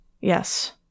Yes